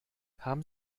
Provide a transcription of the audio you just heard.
haben